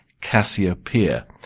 Cassiopeia